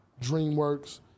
DreamWorks